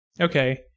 Okay